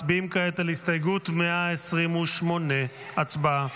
מצביעים כעת על הסתייגות 128. הצבעה.